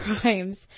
crimes